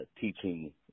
teaching